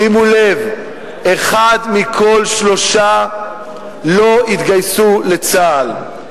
שימו לב, אחד מכל שלושה לא התגייס לצה"ל.